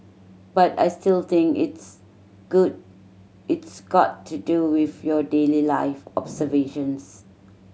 but I still think its good it's got to do with your daily life observations